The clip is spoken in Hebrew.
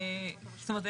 זאת אומרת,